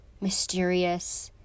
mysterious